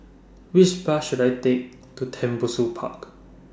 Which Bus should I Take to Tembusu Park